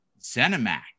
ZeniMax